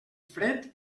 fred